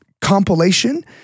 compilation